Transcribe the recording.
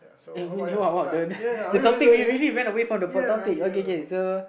what the the the the topic we really went away from the topic okay so